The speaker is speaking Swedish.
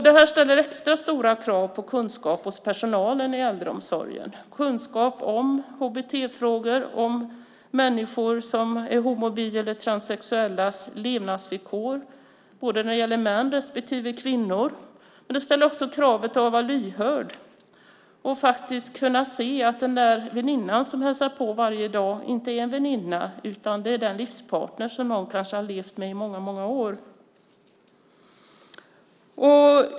Det ställer extra stora krav på personalen i äldreomsorgen. Det handlar om kunskap om HBT-frågor och människor som är homo-, bi eller transsexuella och deras levnadsvillkor när det gäller både män respektive kvinnor. Det ställer också kravet att vara lyhörd. Det gäller att kunna se att väninnan som hälsar på varje dag inte är en väninna utan den livspartner som någon kanske har levt med i många år.